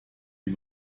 die